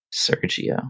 Sergio